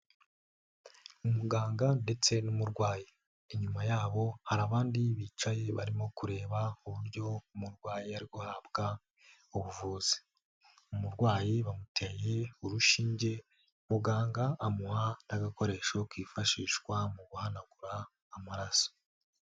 Umuganga ndetse n'umurwayi, inyuma yabo hari abandi bicaye barimo kureba uburyo umurwayi ari guhabwa ubuvuzi, umurwayi bamuteye urushinge muganga amuha n'agakoresho kifashishwa mu guhanagura amaraso.